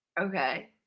Okay